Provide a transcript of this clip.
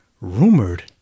rumored